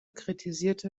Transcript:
kritisierte